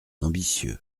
ambitieux